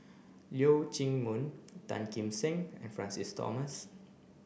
Leong Chee Mun Tan Kim Seng and Francis Thomas